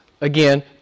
again